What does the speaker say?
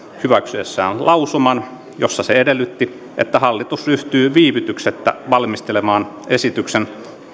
hyväksyessään lausuman jossa se edellytti että hallitus ryhtyy viivytyksettä valmistelemaan esityksen